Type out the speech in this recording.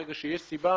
ברגע שיש סיבה,